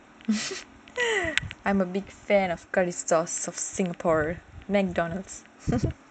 I'm a big fan of curry sauce of singapore McDonald's